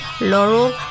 Laurel